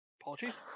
Apologies